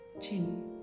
chin